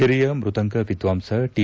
ಹಿರಿಯ ಮೃದಂಗ ವಿದ್ವಾಂಸ ಟಿ